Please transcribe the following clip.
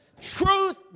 Truth